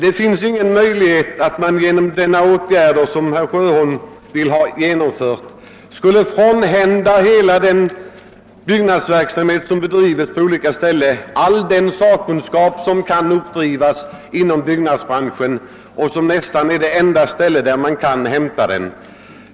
Det kan inte vara möjligt att man genom den åtgärd som herr Sjöholm vill ha genomförd skulle frånhända den byggnadsverksamhet, som bedrivs på olika ställen, all den sakkunskap som kan uppdrivas inom byggnadsbranschen och som nästan bara kan hämtas där.